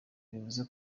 bivuze